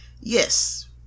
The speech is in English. Yes